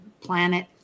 planet